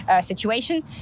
situation